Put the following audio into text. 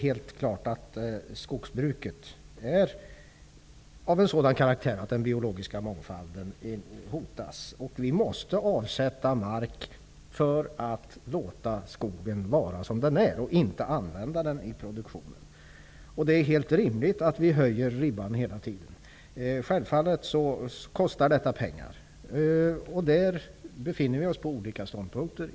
Helt klart är skogsbruket av en sådan karaktär att den biologiska mångfalden nu hotas. Vi måste alltså avsätta mark för att låta skogen vara som den är. Vi får inte använda den i produktionen. Det är helt rimligt att ribban hela tiden höjs. Självfallet kostar detta pengar, och vi befinner oss på olika ståndpunkter.